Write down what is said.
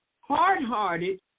hard-hearted